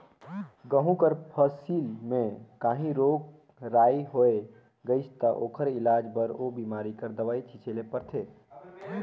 गहूँ कर फसिल में काहीं रोग राई होए गइस ता ओकर इलाज बर ओ बेमारी कर दवई छींचे ले परथे